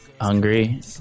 hungry